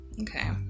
okay